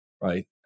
Right